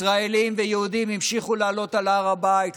ישראלים ויהודים המשיכו לעלות להר הבית.